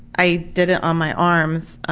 i did it on my arms,